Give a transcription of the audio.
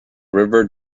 river